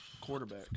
Quarterback